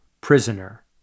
prisoner